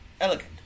elegant